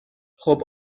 خوب